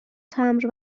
تمبر